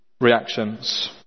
reactions